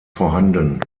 vorhanden